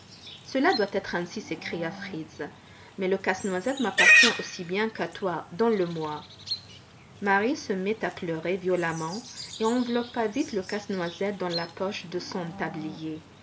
cela doit être ainsi s'écria fritz mais le casse-noisette m'appartient aussi bien qu'à toi donne le moi marie se mit à pleurer violemment et enveloppa vite le casse-noisette dans la poche de son tablier